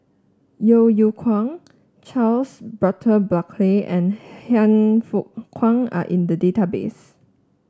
Yeo Yeow Kwang Charles Burton Buckley and Han Fook Kwang are in the database